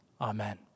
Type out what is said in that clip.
Amen